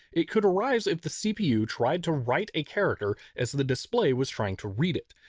it could arise if the cpu tried to write a character as the display was trying to read it.